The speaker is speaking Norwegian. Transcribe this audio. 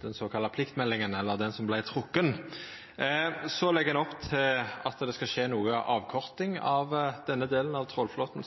den såkalla pliktmeldinga –den som vart trekt – legg ein opp til at det skal skje ei avkorting av kvotane til denne delen av trålflåten,